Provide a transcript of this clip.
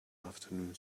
afternoon